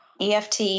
EFT